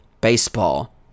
baseball